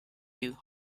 you